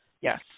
Yes